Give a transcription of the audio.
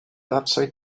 upside